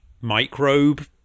microbe